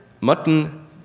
mutton